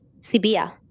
sibia